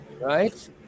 Right